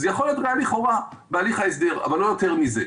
זאת יכולה להיות ראיה לכאורה בהליך ההסדר אבל לא יותר מזה.